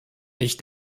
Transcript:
ich